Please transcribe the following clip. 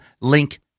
link